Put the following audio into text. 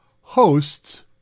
hosts